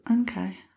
Okay